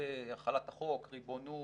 בהחלת החוק, ריבונות,